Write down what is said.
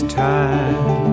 time